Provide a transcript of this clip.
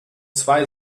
zwei